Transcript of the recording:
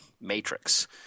matrix